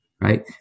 right